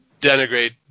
denigrate